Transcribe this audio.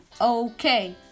Okay